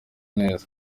neza